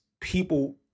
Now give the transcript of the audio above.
people